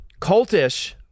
Cultish